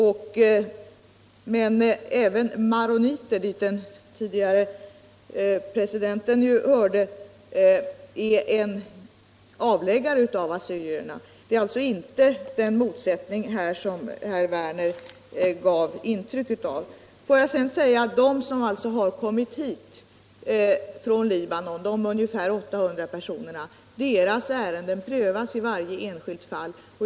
Även gruppen maroniter, dit den tidigare presidenten hörde, är en avläggare av assyrierna. Här föreligger alltså inte den motsättning som herr Werner i Malmö gav intryck av. : Ärendena för de ungefär 800 personer som har kommit hit från Libanon prövas i varje enskilt fall.